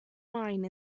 wine